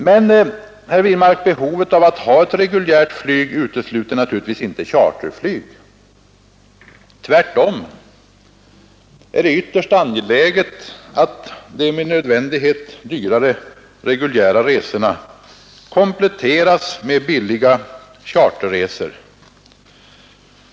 Men, herr Wirmark, behovet av ett reguljärt flyg utesluter naturligtvis inte charterflyg. Tvärtom är det ytterst angeläget att de med nödvändighet dyrare reguljära resorna kompletteras med billiga charterresor.